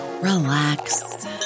relax